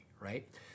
right